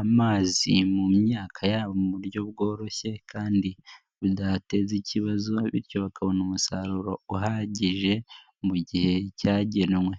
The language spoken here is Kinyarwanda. amazi mu myaka yabo mu buryo bworoshye kandi bidateza ikibazo bityo bakabona umusaruro uhagije mu gihe cyagenwe.